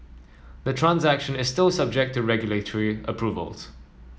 the transaction is still subject to regulatory approvals